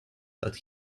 that